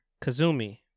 Kazumi